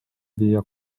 viia